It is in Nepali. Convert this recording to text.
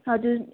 हजुर